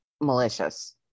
malicious